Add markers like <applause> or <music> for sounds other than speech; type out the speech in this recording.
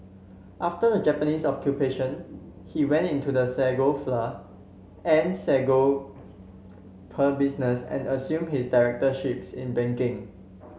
after the Japanese Occupation he went into the sago flour and sago <noise> pearl business and assumed his directorships in banking